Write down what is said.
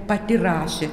pati rašė